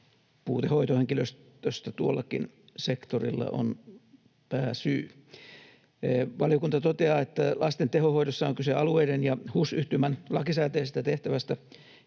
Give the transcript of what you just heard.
Puute hoitohenkilöstöstä tuollakin sektorilla on pääsyy. Valiokunta toteaa, että lasten tehohoidossa on kyse alueiden ja HUS-yhtymän lakisääteisestä tehtävästä,